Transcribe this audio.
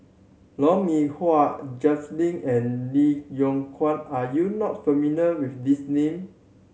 Lou Mee Wah Jay Lim and Lee Yong Kiat are you not familiar with these names